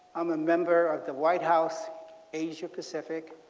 i'm a member of the white house asia pacific,